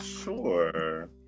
Sure